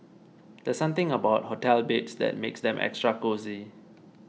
there's something about hotel beds that makes them extra cosy